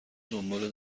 دنبال